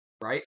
Right